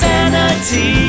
Sanity